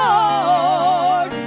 Lord